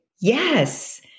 Yes